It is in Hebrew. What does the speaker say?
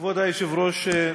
כבוד היושב-ראש,